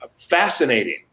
fascinating